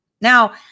Now